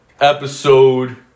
Episode